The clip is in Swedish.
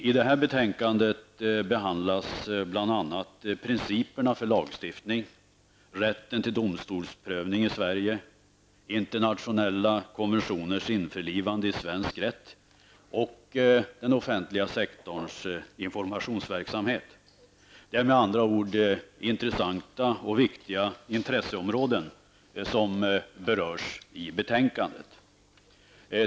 I föreliggande betänkande behandlas bl.a. principerna för lagstiftningen, rätten till domstolsprövning i Sverige, internationella konventioners införlivande i svensk rätt och den offentliga sektorns informationsverksamhet. Det är med andra ord intressanta och viktiga intresseområden som berörs i betänkandet.